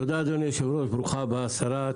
תודה אדוני היושב ראש וברוכה הבאה השרה,